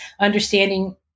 Understanding